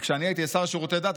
כי כשאני הייתי השר לשירותי הדת,